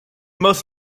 most